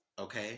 Okay